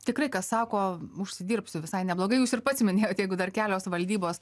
tikrai kas sako užsidirbsiu visai neblogai jūs ir pats minėjot jeigu dar kelios valdybos